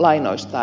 puhemies